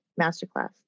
Masterclass